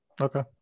Okay